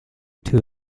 two